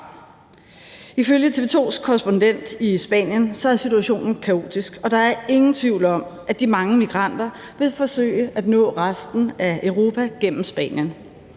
Ifølge TV 2's korrespondent i Spanien er situationen kaotisk, og der er ingen tvivl om, at de mange migranter vil forsøge at nå resten af Europa gennem Spanien.